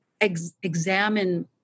examine